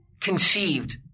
conceived